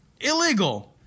Illegal